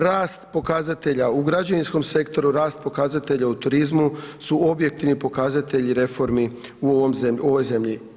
Rast pokazatelja u građevinskom sektoru, rast pokazatelja u turizmu su objektivni pokazatelji reformi u ovoj zemlji.